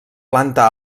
planta